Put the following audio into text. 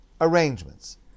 arrangements